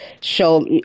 show